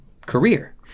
career